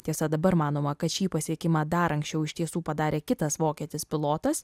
tiesa dabar manoma kad šį pasiekimą dar anksčiau iš tiesų padarė kitas vokietis pilotas